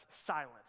silence